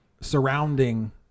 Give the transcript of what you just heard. surrounding